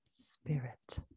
spirit